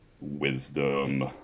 wisdom